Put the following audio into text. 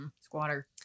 squatter